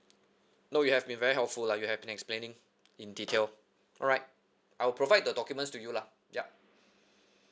no you have been very helpful lah you have been explaining in detail alright I will provide the documents to you lah ya